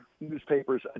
newspapers